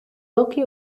toki